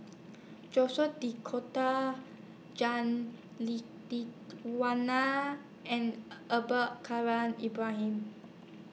Jacques De Coutre Jah and Abdul Kadir Ibrahim